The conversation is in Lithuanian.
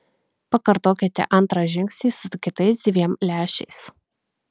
pakartokite antrą žingsnį su kitais dviem lęšiais